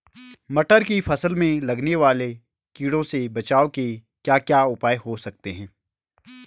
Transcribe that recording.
मटर की फसल में लगने वाले कीड़ों से बचाव के क्या क्या उपाय हो सकते हैं?